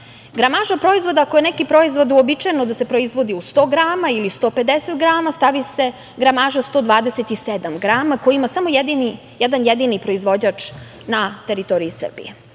Gramaža proizvoda, ako je za neki proizvod uobičajeno da se proizvodi u 100 grama ili 150 grama, stavi se gramaža 127 grama, koji ima samo jedan jedini proizvođač. Ovo sve